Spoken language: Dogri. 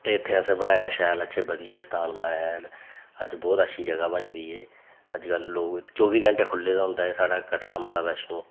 ते इत्थें असें बनाया शैल अच्छे बधियै स्थान बनाया शैल अज्ज बोह्त अच्छी जगह् बनी दी ऐ अज्जकल लोक चौबी घैंटे खुल्ले दा होंदा एह् साढ़ा कटरा माता वैश्नो